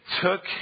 took